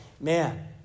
man